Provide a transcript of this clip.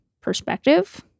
perspective